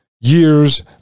years